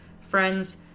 friends